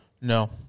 No